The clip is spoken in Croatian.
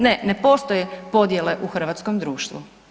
Ne, ne postoje podjele u hrvatskom društvu.